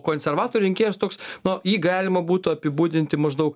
konservatorių rinkėjas toks nu jį galima būtų apibūdinti maždaug